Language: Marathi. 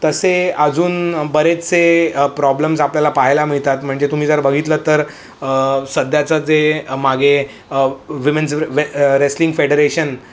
तसे अजून बरेचसे प्रॉब्लेम्स आपल्याला पाहायला मिळतात म्हणजे तुम्ही जर बघितलं तर सध्याचं जे मागे विमेन्स वे रेस्लिंग फेडरेशन